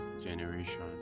generation